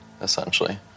essentially